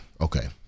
okay